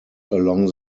along